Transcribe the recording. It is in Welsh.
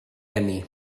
eni